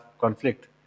conflict